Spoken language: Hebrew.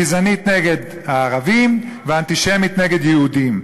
גזענית נגד הערבים ואנטישמית נגד יהודים.